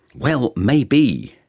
well, maybe.